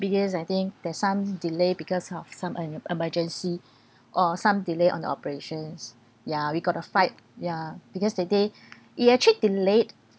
because I think there some delay because of some em~ emergency or some delay on operations ya we got a flight ya because that day it actually delayed